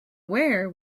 where